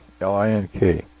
L-I-N-K